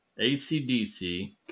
ACDC